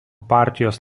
partijos